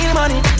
money